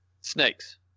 Snakes